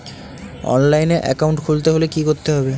অনলাইনে একাউন্ট খুলতে হলে কি করতে হবে?